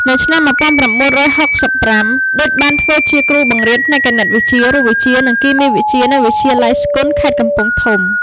នៅឆ្នាំ១៩៦៥ ឌុច បានធ្វើជាគ្រូបង្រៀនផ្នែកគណិតវិទ្យា រូបវិទ្យា និងគីមីវិទ្យា នៅវិទ្យាល័យស្គន់ ខេត្តកំពង់ធំ។